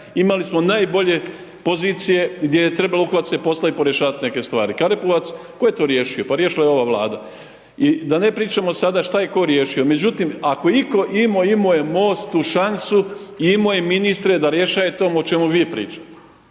imali smo najbolje pozicije gdje je trebalo uhvatiti se posla i poriješavati neke stvari. Karepovac, tko je to riješio? Pa riješila je ova Vlada i da ne pričamo sada šta je tko riješio. Međutim, ako je itko imao, imao je MOST tu šansu i imao je ministre da rješaje to o čemu vi pričate.